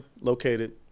located